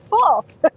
fault